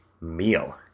meal